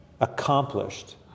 accomplished